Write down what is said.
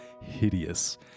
hideous